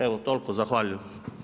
Evo toliko zahvaljujem.